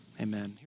Amen